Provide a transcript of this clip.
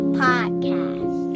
podcast